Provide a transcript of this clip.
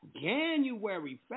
January